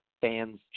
fans